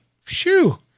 Phew